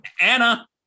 Anna